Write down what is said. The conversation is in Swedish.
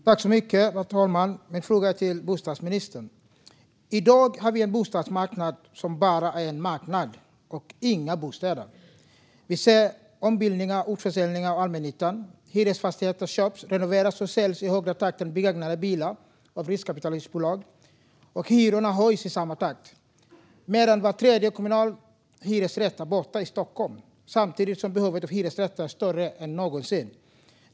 Herr talman! Min fråga går till bostadsministern. I dag har vi en bostadsmarknad som bara är en marknad och inga bostäder. Vi ser ombildningar och utförsäljningar av allmännyttan. Hyresfastigheter köps, renoveras och säljs i högre takt än begagnade bilar av riskkapitalistbolag, och hyrorna höjs i samma takt. Var tredje kommunal hyresrätt är borta i Stockholm, samtidigt som behovet av hyresrätter är större än någonsin.